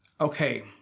okay